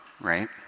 right